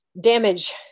damage